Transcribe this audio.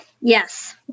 Yes